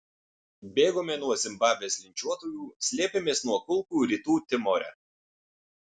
bėgome nuo zimbabvės linčiuotojų slėpėmės nuo kulkų rytų timore